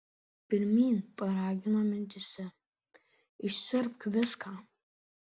pirmyn paragino mintyse išsiurbk viską